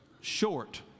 short